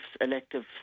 elective